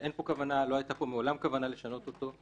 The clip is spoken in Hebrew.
כשאין פה כוונה ולא הייתה פה מעולם כוונה לשנות אותו,